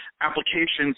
applications